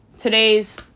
Today's